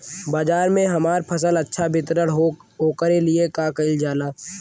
बाजार में हमार फसल अच्छा वितरण हो ओकर लिए का कइलजाला?